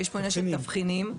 תבחינים.